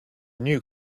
new